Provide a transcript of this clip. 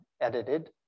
edited